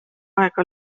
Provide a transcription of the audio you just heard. aega